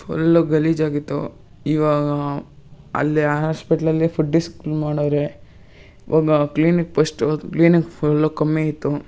full ಗಲೀಜಾಗಿತ್ತು ಇವಾಗ ಅಲ್ಲೇ ಆ ಹಾಸ್ಪಿಟ್ಲಲ್ಲೇ ಮಾಡವ್ರೆ ಇವಾಗ ಕ್ಲೀನಿಕ್ ಪಸ್ಟು ಕ್ಲೀನಿಕ್ ಫುಲ್ಲು ಕಮ್ಮಿಯಿತ್ತು